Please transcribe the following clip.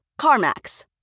CarMax